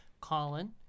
Colin